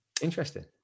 Interesting